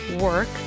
work